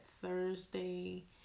Thursday